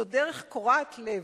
זו דרך קורעת לב,